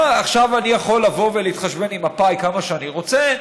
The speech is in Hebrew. עכשיו אני יכול לבוא ולהתחשבן עם מפא"י כמה שאני רוצה,